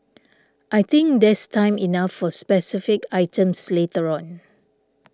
I think there's time enough for specific items later on